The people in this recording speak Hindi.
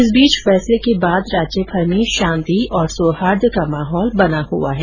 इस बीच फैसले के बाद राज्यभर में शांति और सौहार्द बना हुआ है